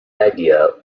idea